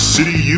City